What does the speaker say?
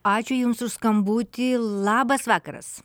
ačiū jums už skambutį labas vakaras